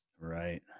Right